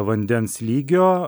vandens lygio